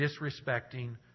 disrespecting